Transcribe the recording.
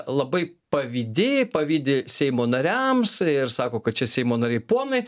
labai pavydi pavydi seimo nariams ir sako kad čia seimo nariai ponai